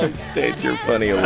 estates you're funny,